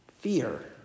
fear